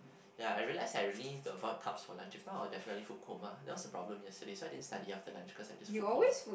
ya I realised I really need to avoid carbs for lunch if I not I'll definitely food coma that was the problem yesterday so I didn't study after lunch cause I just food coma